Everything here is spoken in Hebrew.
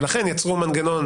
ולכן יצרו מנגנון,